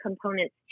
components